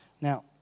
Now